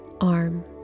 arm